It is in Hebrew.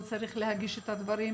הוא צריך להגיש את הדברים